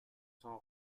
son